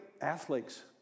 athletes